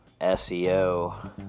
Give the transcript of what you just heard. SEO